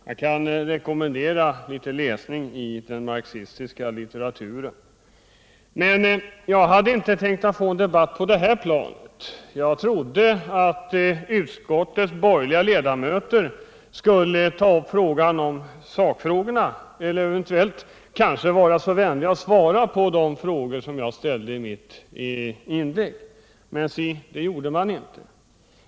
Jag kan rekommendera honom litet läsning i den marxistiska litteraturen. Jag hade inte tänkt ta upp någon debatt på det här planet, utan jag trodde att utskottets borgerliga ledamöter skulle ta upp sakfrågorna och eventuellt vara vänliga och svara på de frågor som jag ställde i mitt inlägg, men si det gjorde man inte!